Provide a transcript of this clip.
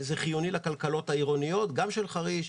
זה חיוני לכלכלות העירוניות גם של חריש,